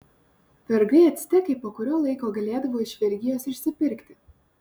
vergai actekai po kurio laiko galėdavo iš vergijos išsipirkti